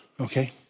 Okay